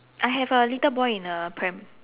I have a little boy in a pram